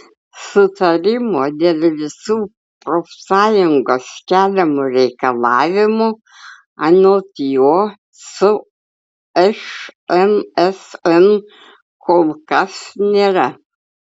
sutarimo dėl visų profsąjungos keliamų reikalavimų anot jo su šmsm kol kas nėra